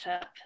up